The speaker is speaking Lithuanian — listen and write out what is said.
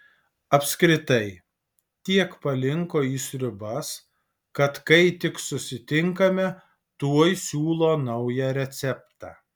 apskritai tiek palinko į sriubas kad kai tik susitinkame tuoj siūlo naują receptą